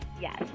Yes